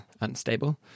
unstable